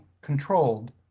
controlled